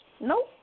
Nope